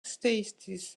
stasis